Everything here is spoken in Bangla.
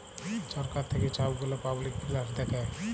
ছরকার থ্যাইকে ছব গুলা পাবলিক ফিল্যাল্স দ্যাখে